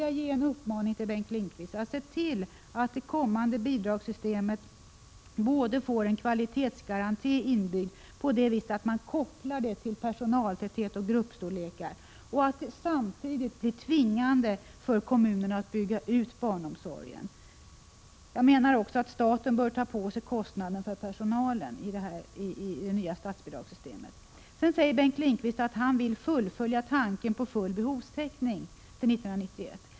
Jag vill uppmana Bengt Lindqvist att se till både att det kommande bidragssystemet får en inbyggd kvalitetsgaranti genom att man kopplar det till personaltäthet och gruppstorlekar och att det samtidigt tvingar kommunerna att bygga ut barnsomsorgen. Jag menar också att staten i det nya statsbidragssystemet bör ta på sig kostnaden för personalen. Bengt Lindqvist säger att han vill fullfölja tanken på full behovstäckning till 1991.